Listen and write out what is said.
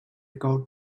gold